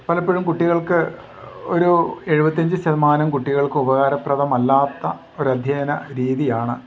പലപ്പോഴും കുട്ടികൾക്ക് ഒരു എഴുപത്തഞ്ച് ശതമാനം കുട്ടികൾക്ക് ഉപകാരപ്രദമല്ലാത്ത ഒരു അധ്യയന രീതിയാണ്